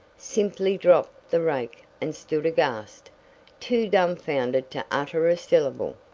simply dropped the rake and stood aghast too dumbfounded to utter a syllable!